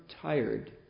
tired